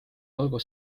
olgu